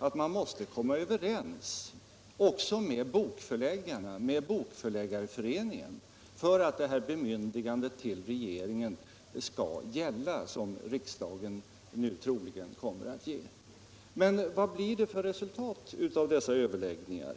att man måste komma överens också med bokförläggarna, med Bokförläggareföreningen, för att det bemyndigande som riksdagen nu troligen kommer att ge regeringen skall gälla. Vad blir resultatet av dessa överläggningar?